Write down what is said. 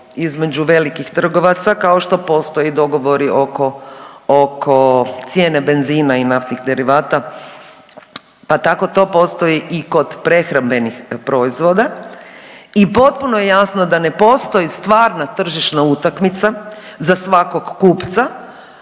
između velikih trgovaca kao što postoje dogovori oko, oko cijene benzina i naftnih derivata, pa tako to postoji i kod prehrambenih proizvoda i potpuno je jasno da ne postoji stvarna tržišna utakmica za svakog kupca,